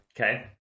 Okay